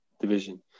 division